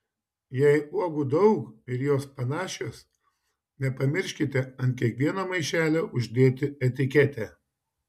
jei uogų daug ir jos panašios nepamirškite ant kiekvieno maišelio uždėti etiketę